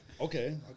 Okay